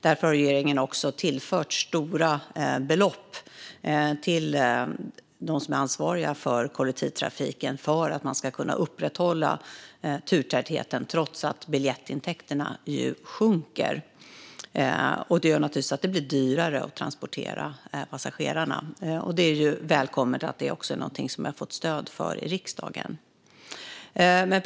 Därför har regeringen också tillfört stora belopp till dem som är ansvariga för kollektivtrafiken så att man ska kunna upprätthålla turtätheten trots att biljettintäkterna sjunker. Det gör naturligtvis att det blir dyrare att transportera passagerarna. Det är välkommet att vi också har fått stöd för detta i riksdagen.